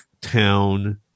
town